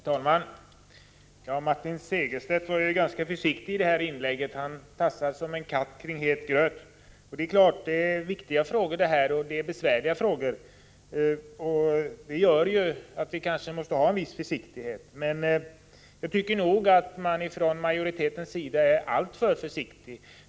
Herr talman! Martin Segerstedt var ganska försiktig i det här inlägget. Han tassar som en katt kring het gröt. Det är klart att det här är viktiga och besvärliga frågor. Det gör att vi kanske måste ha en viss försiktighet. Men jag tycker nog att man från majoritetens sida är alltför försiktig.